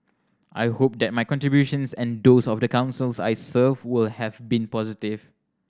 I hope that my contributions and those of the Councils I served were have been positive